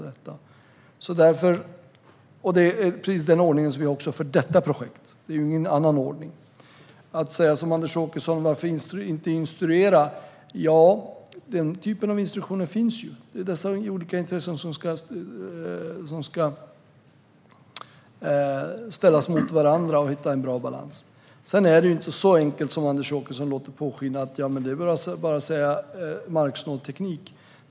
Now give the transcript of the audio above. Det är också precis den ordning som vi har för detta projekt. Det är ingen annan ordning. Anders Åkesson undrar: Varför inte ge instruktioner? Men den typen av instruktioner finns. Det är dessa olika intressen som ska ställas mot varandra för att man ska hitta en bra balans. Sedan är det inte så enkelt som Anders Åkesson låter påskina, att det bara är att säga "marksnål teknik".